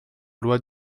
loi